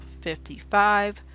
55